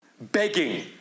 begging